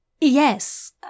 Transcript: Yes